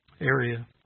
area